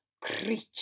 creature